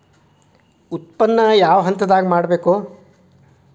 ಉತ್ಪನ್ನ ಯಾವ ಹಂತದಾಗ ಮಾಡ್ಬೇಕ್?